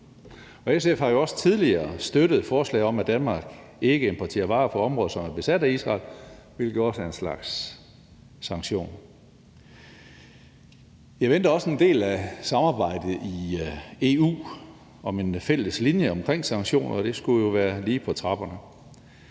SF har jo også tidligere støttet forslag om, at Danmark ikke importerer varer fra områder, som er besat af Israel, hvilket jo også er en slags sanktion. Jeg venter også en del af samarbejdet i EU om en fælles linje omkring sanktioner, og det skulle jo være lige på trapperne.